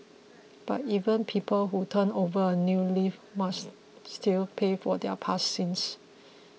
but even people who turn over a new leaf must still pay for their past sins